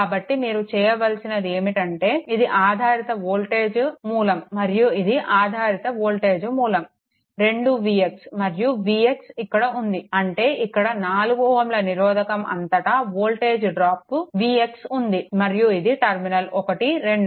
కాబట్టి మీరు చేయవలసింది ఏమిటంటే ఇది ఆధారిత వోల్టేజ్ సోర్స్ మరియు ఇది ఆధారిత వోల్టేజ్ సోర్స్ 2Vx మరియు Vx ఇక్కడ ఉంది అంటే ఇక్కడ 4 Ω నిరోధకం అంతటా వోల్టేజ్ డ్రాప్ Vx ఉంది మరియు ఇది టర్మినల్ 1 2